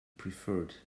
preferred